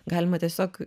galima tiesiog